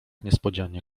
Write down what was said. niespodzianie